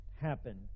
happen